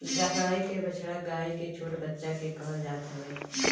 गाई के बछड़ा गाई के छोट बच्चा के कहल जात हवे